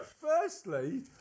Firstly